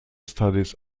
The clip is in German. studies